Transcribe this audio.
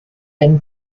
been